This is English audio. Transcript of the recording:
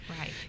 Right